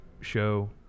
show